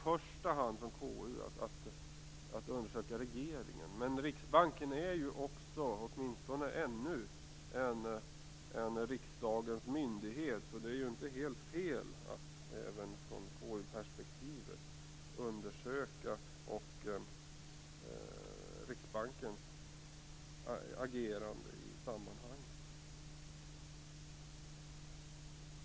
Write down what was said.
Konstitutionsutskottet skall ju i första hand undersöka regeringen, men Riksbanken är ju, åtminstone än så länge, en riksdagens myndighet. Det är därför inte helt fel att man från KU-perspektiv undersöker Riksbankens agerande i sammanhanget.